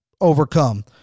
overcome